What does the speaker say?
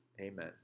Amen